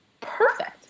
Perfect